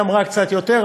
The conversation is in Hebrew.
היא אמרה קצת יותר,